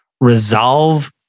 resolve